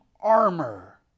armor